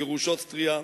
גירוש אוסטריה,